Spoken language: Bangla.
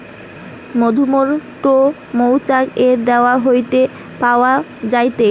মধুমোম টো মৌচাক এর দেওয়াল হইতে পাওয়া যায়টে